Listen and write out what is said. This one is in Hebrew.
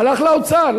הלך לאוצר.